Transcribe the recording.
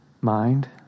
mind